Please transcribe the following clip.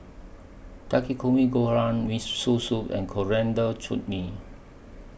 Takikomi Gohan Miso Soup and Coriander Chutney